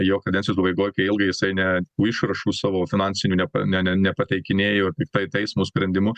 jo kadencijos pabaigoj kai ilgai jisai ne išrašų savo finansinių ne ne ne nepateikinėjo tiktai teismo sprendimu